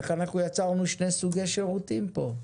איך אנחנו יצרנו שני סוגי שירותים פה?